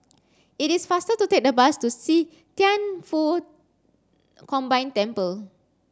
it is faster to take the bus to See Thian Foh Combined Temple